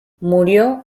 murió